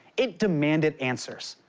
it demanded answers.